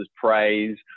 praise